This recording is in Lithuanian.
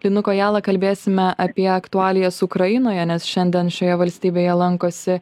linu kojala kalbėsime apie aktualijas ukrainoje nes šiandien šioje valstybėje lankosi